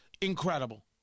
incredible